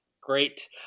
Great